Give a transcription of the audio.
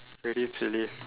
ready to leave